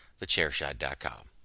thechairshot.com